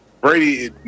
Brady